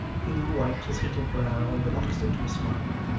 hugh wiped his heated brow, and relaxed into a smile.